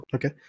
Okay